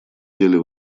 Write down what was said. деле